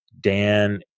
Dan